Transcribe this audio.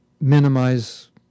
minimize